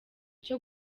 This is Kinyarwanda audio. cyo